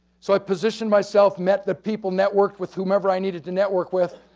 so, i positioned myself, met the people, networked with whomever i needed to network with.